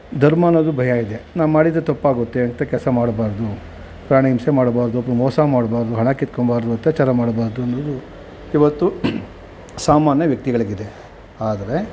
ಧರ್ಮ ಅನ್ನೋದು ಭಯ ಇದೆ ನಾವು ಮಾಡಿದರೆ ತಪ್ಪಾಗುತ್ತೆ ಇಂಥ ಕೆಲಸ ಮಾಡಬಾರ್ದು ಪ್ರಾಣಿ ಹಿಂಸೆ ಮಾಡಬಾರ್ದು ಅಥ್ವಾ ಮೋಸ ಮಾಡಬಾರ್ದು ಹಣ ಕಿತ್ಕೊಬಾರ್ದು ಅತ್ಯಾಚಾರ ಮಾಡಬಾರ್ದು ಅನ್ನೋದು ಇವತ್ತು ಸಾಮಾನ್ಯ ವ್ಯಕ್ತಿಗಳಿಗಿದೆ ಆದರೆ